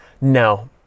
no